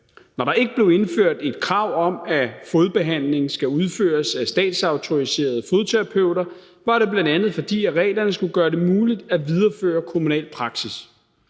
Når der ikke blev indført et krav om, at fodbehandlingen skal udføres af statsautoriserede fodterapeuter, var det bl.a., fordi reglerne skulle gøre det muligt at videreføre kommunal praksis.